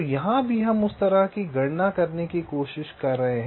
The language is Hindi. तो यहाँ भी हम उस तरह की गणना करने की कोशिश कर रहे हैं